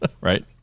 Right